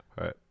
right